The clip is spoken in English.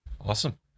awesome